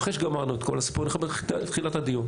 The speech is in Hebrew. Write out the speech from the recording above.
ואחרי שגמרנו את כל הסיפור אנחנו בתחילת הדיון.